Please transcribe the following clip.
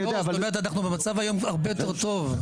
אנחנו במצב היום הרבה יותר טוב.